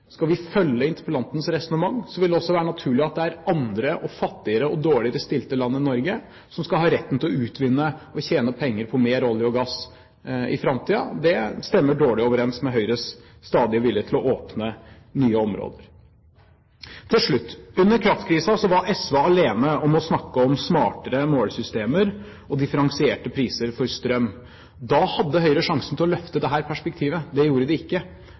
Skal vi følge interpellantens resonnement, vil det også være naturlig at det er andre, fattigere og dårligere stilte land enn Norge som skal ha retten til å utvinne og tjene penger på mer olje og gass i framtiden. Det stemmer dårlig overens med Høyres stadige vilje til å åpne nye områder. Til slutt: Under kraftkrisen var SV alene om å snakke om smartere målesystemer og differensierte priser for strøm. Da hadde Høyre sjansen til å løfte dette perspektivet. Det gjorde de ikke.